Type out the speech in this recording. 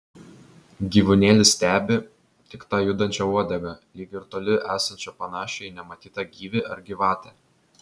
gyvūnėlis stebi tik tą judančią uodegą lyg ir toli esančią panašią į nematytą gyvį ar gyvatę